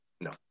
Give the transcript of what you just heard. no